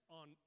on